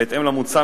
בהתאם למוצע,